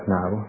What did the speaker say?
now